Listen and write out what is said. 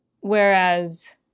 whereas